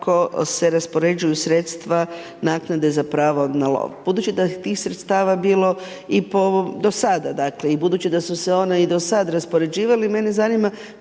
kako se raspoređuju sredstva naknade za prava na lov. Budući da je tih sredstva bilo i po ovom, do sada, dakle i budući da su se ona i do sad raspoređivali i mene zanima